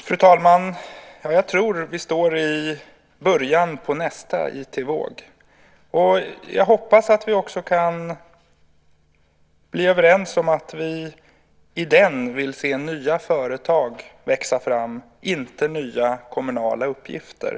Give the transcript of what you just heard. Fru talman! Jag tror att vi står i början av nästa IT-våg. Jag hoppas att vi kan bli överens om att vi i den vill se nya företag växa fram, inte nya kommunala uppgifter.